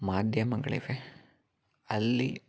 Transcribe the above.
ಮಾಧ್ಯಮಗಳಿವೆ ಅಲ್ಲಿ